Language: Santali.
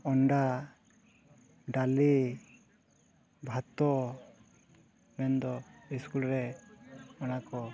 ᱚᱱᱰᱟ ᱰᱟᱹᱞᱤ ᱵᱷᱟᱛᱚ ᱢᱮᱱᱫᱚ ᱥᱠᱩᱞ ᱨᱮ ᱚᱱᱟ ᱠᱚ